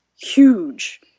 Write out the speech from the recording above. huge